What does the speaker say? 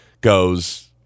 goes